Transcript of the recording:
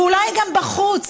ואולי גם בחוץ,